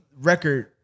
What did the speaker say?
record